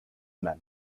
men